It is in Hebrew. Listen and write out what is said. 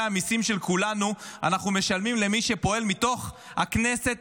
המיסים של כולנו אנחנו משלמים למי שחותר מתוך הכנסת